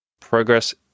progress